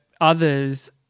others